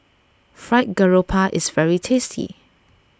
Fried Garoupa is very tasty